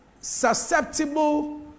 susceptible